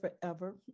forever